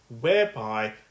whereby